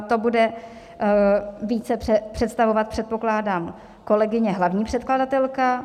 To bude více představovat, předpokládám, kolegyně hlavní předkladatelka.